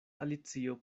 alicio